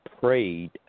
prayed